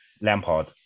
Lampard